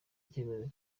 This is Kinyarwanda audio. icyemezo